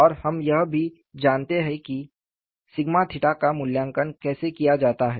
और हम यह भी जानते हैं कि का मूल्यांकन कैसे किया जाता है